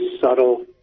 subtle